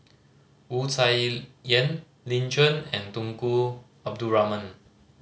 Wu Tsai Yen Lin Chen and Tunku Abdul Rahman